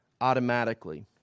automatically